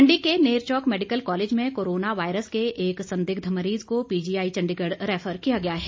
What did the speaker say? मंडी के Nerchowk medical college में coronavirus के एक संदिग्ध मरीज को पीजीआई चंडीगढ़ रैफर किया गया है